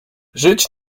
żyć